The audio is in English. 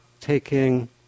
taking